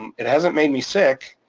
um it hasn't made me sick,